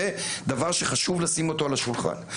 זה דבר שחשוב לשים אותו על השולחן.